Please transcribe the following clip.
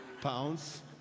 Pounds